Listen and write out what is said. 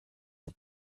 die